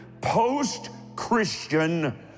post-Christian